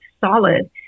solid